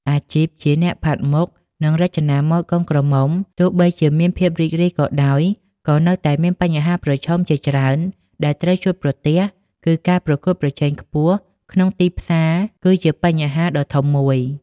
អាជីពជាអ្នកផាត់មុខ និងរចនាម៉ូដកូនក្រមុំ ទោះបីជាមានភាពរីករាយក៏ដោយ ក៏នៅតែមានបញ្ហាប្រឈមជាច្រើនដែលត្រូវជួបប្រទះគឺការប្រកួតប្រជែងខ្ពស់ក្នុងទីផ្សារគឺជាបញ្ហាដ៏ធំមួយ។